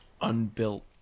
unbuilt